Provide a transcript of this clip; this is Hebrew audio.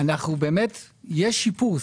באמת יש שיפור.